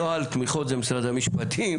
נוהל תמיכות זה משרד המשפטים,